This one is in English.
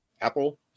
Apple